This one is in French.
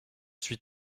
suis